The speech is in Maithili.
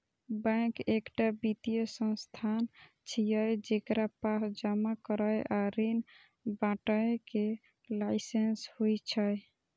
बैंक एकटा वित्तीय संस्थान छियै, जेकरा पास जमा करै आ ऋण बांटय के लाइसेंस होइ छै